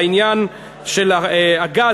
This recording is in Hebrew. בעניין של הגז,